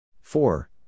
Four